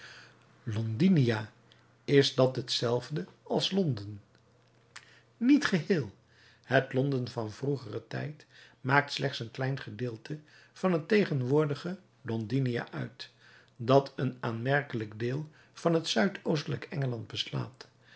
londinia is dat hetzelfde als london niet geheel het london van vroegeren tijd maakt slechts een klein gedeelte van het tegenwoordige londinia uit dat een aanmerkelijk deel van zuid oostelijk engeland beslaat